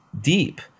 deep